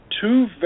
two